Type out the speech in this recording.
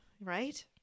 right